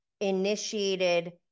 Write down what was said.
initiated